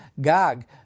Gog